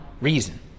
reason